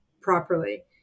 properly